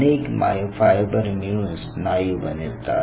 अनेक मायोफायबर मिळून स्नायू बनवितात